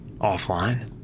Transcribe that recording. Offline